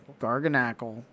Garganackle